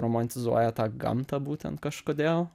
romantizuoja tą gamtą būtent kažkodėl